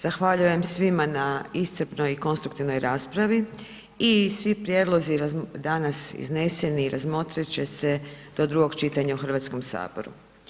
Zahvaljujem svima na iscrpnoj i konstruktivnoj raspravi i svi prijedlozi danas izneseni razmotrit će se do drugog čitanja u Hrvatskom saboru.